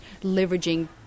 leveraging